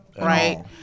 right